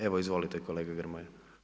Evo izvolite kolega Grmoja.